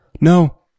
No